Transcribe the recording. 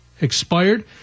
expired